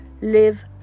live